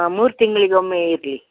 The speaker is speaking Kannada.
ಮೂರು ತಿಂಗ್ಳಿಗೆ ಒಮ್ಮೆ ಇರಲಿ